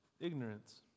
ignorance